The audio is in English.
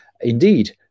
indeed